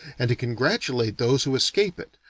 and to congratulate those who escape it,